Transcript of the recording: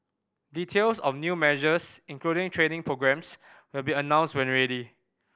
details of new measures including training programmes will be announced when ready